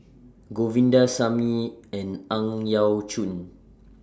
Govindasamy and Ang Yau Choon